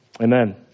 Amen